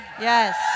Yes